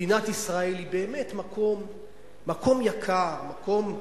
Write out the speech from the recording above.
מדינת ישראל היא באמת מקום יקר, מקום,